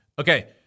Okay